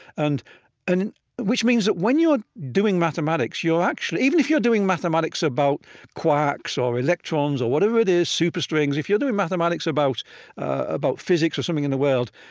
and and which means that when you're doing mathematics, you're actually even if you're doing mathematics about quarks or electrons or whatever it is, superstrings if you're doing mathematics about about physics or something in the world,